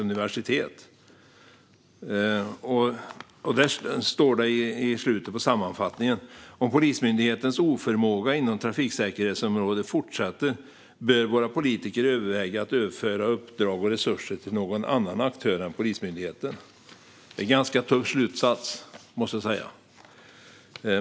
Där står det i slutet av sammanfattningen: "Om Polismyndighetens oförmåga inom trafiksäkerhetsområdet fortsätter bör våra politiker överväga att överföra uppdrag och resurser till någon annan aktör än Polismyndigheten." Det är en ganska tuff slutsats, måste jag säga.